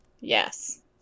Yes